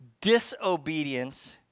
disobedience